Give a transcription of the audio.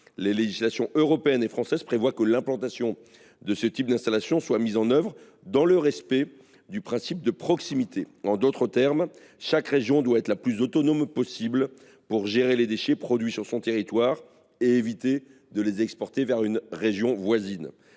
les législations européenne et française prévoient que l’implantation de ce type d’installation respecte le principe de proximité. En d’autres termes, chaque région doit être la plus autonome possible pour gérer les déchets produits sur son territoire et éviter de les exporter vers une région voisine.